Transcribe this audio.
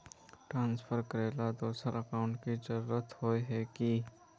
Transfer करेला दोसर account की जरुरत होय है की?